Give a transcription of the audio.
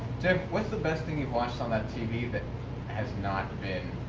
jf, what's the best thing you've watched on that tv that has not been